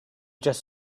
just